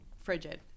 frigid